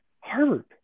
Harvard